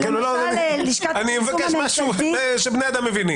אני מבקש משהו שבני אדם מבינים.